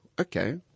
okay